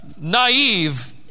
Naive